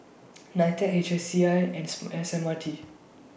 NITEC H C I and S M R T